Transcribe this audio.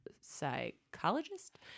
psychologist